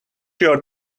your